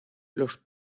los